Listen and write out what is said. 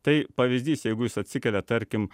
tai pavyzdys jeigu jūs atsikeliat tarkim